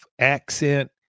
Accent